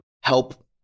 help